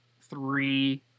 three